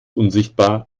unsichtbar